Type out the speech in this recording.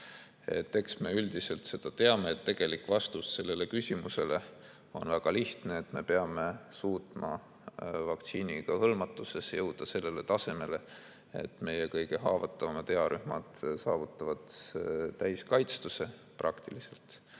Ja üldiselt teame, et tegelik vastus sellele küsimusele on väga lihtne: me peame suutma vaktsiiniga hõlmatuses jõuda tasemele, et meie kõige haavatavamad earühmad saavutavad praktiliselt